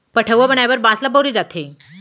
पठअउवा बनाए बर बांस ल बउरे जाथे